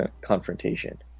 confrontation